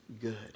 good